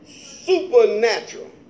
supernatural